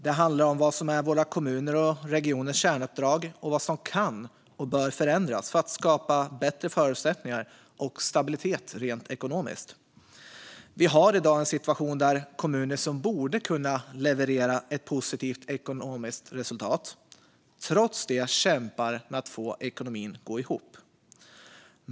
Den handlar om vad som är våra kommuners och regioners kärnuppdrag, och vad som kan och bör förändras för att skapa bättre förutsättningar och stabilitet rent ekonomiskt. Vi har i dag en situation där kommuner som borde kunna leverera ett positivt ekonomiskt resultat trots detta kämpar med att få ekonomin att gå ihop.